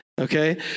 Okay